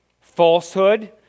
falsehood